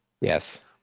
Yes